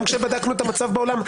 גם כאשר בדקנו את המצב בעולם,